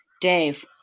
Dave